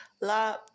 La